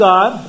God